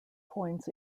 points